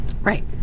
Right